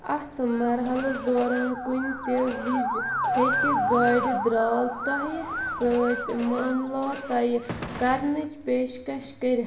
اَتھ مرحلَس دوران کُنہِ تہِ وِزِ ہیٚکہِ گاڑِ درٛال تۄہہِ سۭتۍ معاملات طے کرنٕچ پیشکش كٔرِتھ